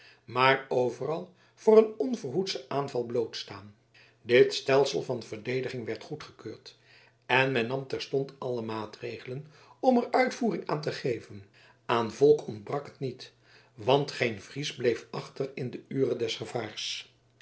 maar overal voor een onverhoedschen aanval blootstaan dit stelsel van verdediging werd goedgekeurd en men nam terstond alle maatregelen om er uitvoering aan te geven aan volk ontbrak het niet want geen fries bleef achter in de ure des gevaars